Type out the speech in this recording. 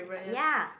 ya